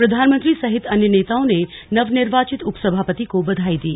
प्रधानमंत्री सहित अन्य नेताओं ने नवनिर्वाचित उपसभापति को बधाई दी